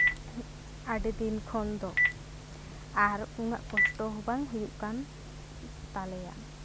ᱟᱹᱰᱤ ᱫᱤᱱ ᱠᱷᱚᱱ ᱫᱚ ᱟᱨ ᱩᱱᱟᱹᱜ ᱠᱚᱥᱴᱚ ᱦᱚᱸ ᱵᱟᱝ ᱦᱩᱭᱩᱜ ᱠᱟᱱ ᱛᱟᱞᱮᱭᱟ